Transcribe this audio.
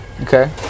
Okay